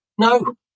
No